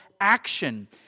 action